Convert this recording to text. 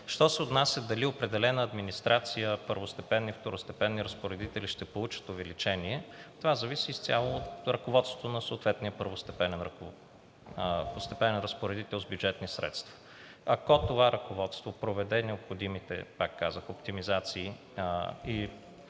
Що се отнася дали определена администрация, първостепенни, второстепенни разпоредители ще получат увеличение, това зависи изцяло от ръководството на съответния първостепенен разпоредител с бюджетни средства. Ако това ръководство проведе необходимите, пак казах, оптимизации